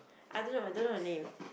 I don't know I don't know her name